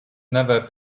never